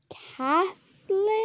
catholic